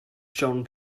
john